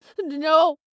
No